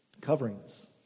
coverings